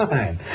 Fine